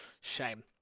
Shame